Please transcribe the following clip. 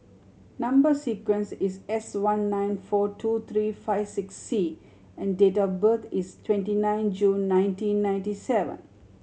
number sequence is S one nine four two three five six C and date of birth is twenty nine June nineteen ninety seven